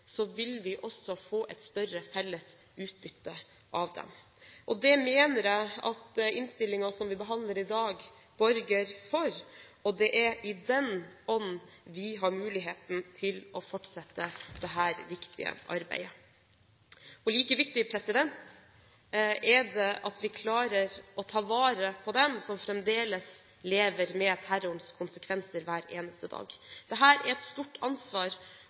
vil vi også få et større felles utbytte av dem. Det mener jeg at innstillingen som vi behandler i dag, borger for, og det er i den ånd vi har muligheten til å fortsette dette viktige arbeidet. Like viktig er det at vi klarer å ta vare på dem som fremdeles lever med terrorens konsekvenser hver eneste dag. Dette er et stort ansvar,